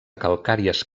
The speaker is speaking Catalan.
calcàries